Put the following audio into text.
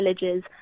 villages